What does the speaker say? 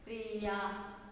Priya